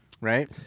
right